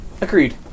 Agreed